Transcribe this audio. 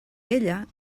ella